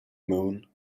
moon